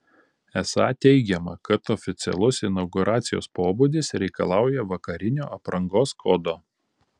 esą teigiama kad oficialus inauguracijos pobūdis reikalauja vakarinio aprangos kodo